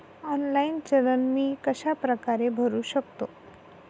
Online चलन मी कशाप्रकारे भरु शकतो?